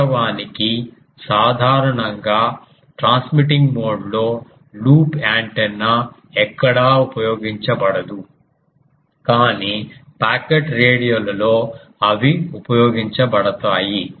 వాస్తవానికి సాధారణంగా ట్రాన్స్మిటింగ్ మోడ్లో లూప్ యాంటెన్నా ఎక్కడా ఉపయోగించబడదు కానీ పాకెట్ రేడియోలలో అవి ఉపయోగించబడతాయి